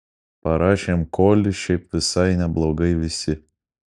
parašėm kolį šiaip visai neblogai visi